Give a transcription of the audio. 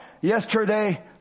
yesterday